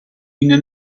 une